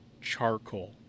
charcoal